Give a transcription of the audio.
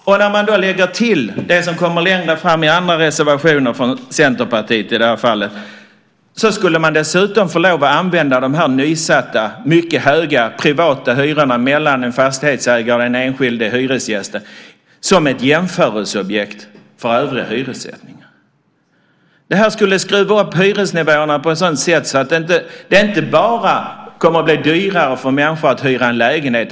Om man lägger till det som kommer längre fram i andra reservationer, från Centerpartiet i det här fallet, skulle man dessutom få lov att använda de nysatta mycket höga privata hyrorna mellan en fastighetsägare och den enskilde hyresgästen som ett jämförelseobjekt för övriga hyressättningar. Det skulle skruva upp hyresnivåerna på ett sådant sätt att det inte bara kommer att bli dyrare för människor att hyra en lägenhet.